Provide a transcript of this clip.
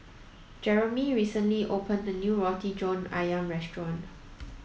Jeremey recently opened a new Roti John Ayam restaurant